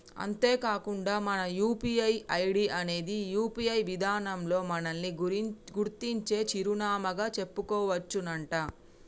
అంతేకాకుండా మన UPI ID అనేది యూ.పీ.ఐ విధానంలో మనల్ని గుర్తించే చిరునామాగా చెప్పుకోవచ్చునంట